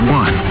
one